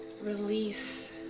release